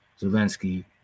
Zelensky